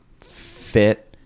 fit